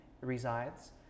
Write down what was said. resides